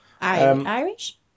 Irish